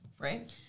right